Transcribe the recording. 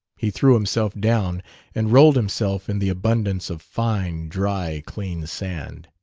he threw himself down and rolled himself in the abundance of fine, dry, clean sand.